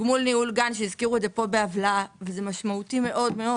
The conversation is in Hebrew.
גמול ניהול גן שהזכירו קודם במובלע וזה משמעותי מאוד.